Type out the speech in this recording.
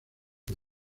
con